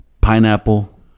pineapple